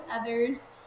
others